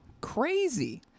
Crazy